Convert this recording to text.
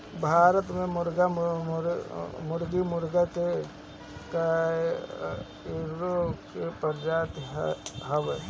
भारत में मुर्गी मुर्गा के कइगो प्रजाति हवे